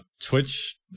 Twitch